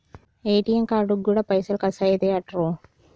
ATM కార్డుకు గూడా పైసలు ఖర్చయితయటరో